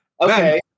Okay